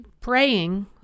praying